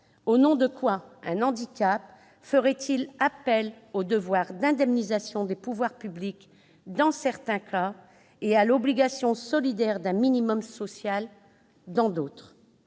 Au nom de quoi un handicap ferait-il appel au devoir d'indemnisation des pouvoirs publics, dans certains cas, et à l'obligation solidaire d'un minimum social, dans d'autres ?